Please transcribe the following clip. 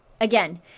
Again